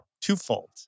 twofold